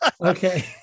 okay